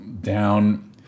down